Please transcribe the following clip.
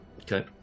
Okay